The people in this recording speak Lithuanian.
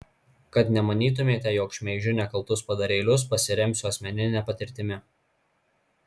kad nemanytumėte jog šmeižiu nekaltus padarėlius pasiremsiu asmenine patirtimi